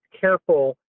careful